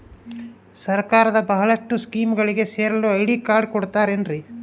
ಸರ್ಕಾರದ ಬಹಳಷ್ಟು ಸ್ಕೇಮುಗಳಿಗೆ ಸೇರಲು ಐ.ಡಿ ಕಾರ್ಡ್ ಕೊಡುತ್ತಾರೇನ್ರಿ?